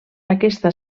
aquesta